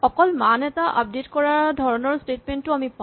অকল মান এটা আপডেট কৰা ধৰণৰ স্টেটমেন্ট ও আমি পাওঁ